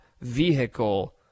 vehicle